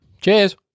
Cheers